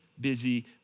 busy